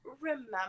remember